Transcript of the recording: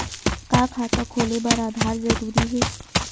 का खाता खोले बर आधार जरूरी हे?